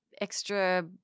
extra